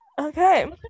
okay